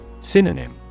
Synonym